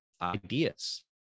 ideas